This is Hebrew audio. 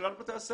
לכלל בתי הספר.